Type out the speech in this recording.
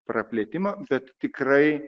praplėtimą bet tikrai